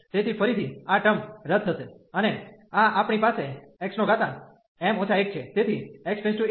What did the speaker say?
તેથી ફરીથી આ ટર્મ રદ થશે અને આ આપણી પાસેxm 1 છે તેથી x → 1